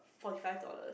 forty five dollars